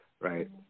right